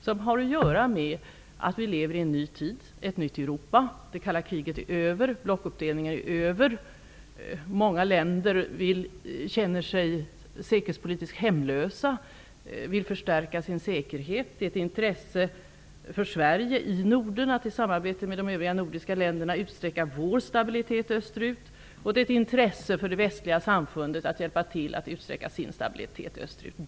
Det har att göra med att vi lever i en ny tid, i ett nytt Europa, att det kalla kriget är över, att blockuppdelningen är över och att många länder känner sig säkerhetspolitiskt hemlösa och vill förstärka sin säkerhet. Det är av intresse för Sverige att i samarbete med de övriga nordiska länderna utsträcka vår stabilitet österut. Det är också av intresse för det västliga samfundet att hjälpa till att utsträcka stabiliteten österut.